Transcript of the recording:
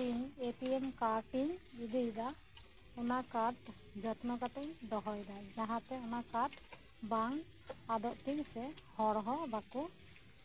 ᱤᱧ ᱮᱴᱤᱭᱮᱢ ᱠᱟᱴᱤᱧ ᱤᱫᱤᱞᱮᱫᱟ ᱚᱱᱟᱠᱟᱴ ᱡᱚᱛᱱᱚ ᱠᱟᱛᱮᱧ ᱫᱚᱦᱚᱭᱮᱫᱟ ᱡᱟᱦᱟᱸᱛᱮ ᱚᱱᱟᱠᱟᱴ ᱵᱟᱝ ᱟᱫᱚᱜᱛᱤᱧ ᱥᱮ ᱦᱚᱲᱦᱚᱸ ᱵᱟᱠᱩ